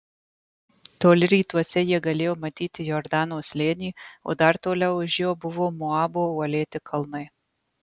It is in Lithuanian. toli rytuose jie galėjo matyti jordano slėnį o dar toliau už jo buvo moabo uolėti kalnai